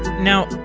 now,